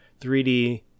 3d